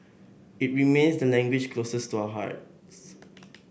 it remains the language closest to our hearts